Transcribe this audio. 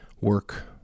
work